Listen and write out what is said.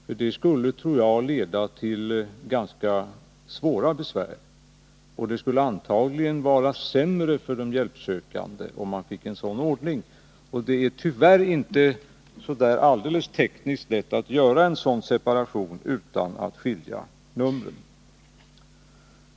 Jag tror att det skulle leda till ganska svåra besvär, och det skulle antagligen vara sämre för de hjälpsökande om man fick en sådan ordning. Det är tyvärr heller inte tekniskt särskilt lätt att göra en separation utan att skilja på telefonnumren.